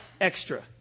extra